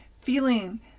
feeling